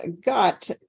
got